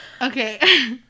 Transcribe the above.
Okay